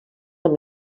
amb